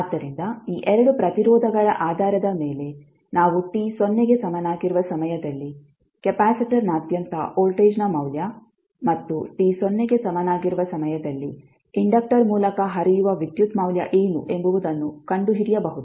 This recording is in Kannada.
ಆದ್ದರಿಂದ ಈ 2 ಪ್ರತಿರೋಧಗಳ ಆಧಾರದ ಮೇಲೆ ನಾವು t ಸೊನ್ನೆಗೆ ಸಮನಾಗಿರುವ ಸಮಯದಲ್ಲಿ ಕೆಪಾಸಿಟರ್ನಾದ್ಯಂತ ವೋಲ್ಟೇಜ್ನ ಮೌಲ್ಯ ಮತ್ತು t ಸೊನ್ನೆಗೆ ಸಮನಾಗಿರುವ ಸಮಯದಲ್ಲಿ ಇಂಡಕ್ಟರ್ ಮೂಲಕ ಹರಿಯುವ ವಿದ್ಯುತ್ ಮೌಲ್ಯ ಏನು ಎಂಬುವುದನ್ನು ಕಂಡುಹಿಡಿಯಬಹುದು